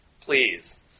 please